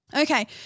Okay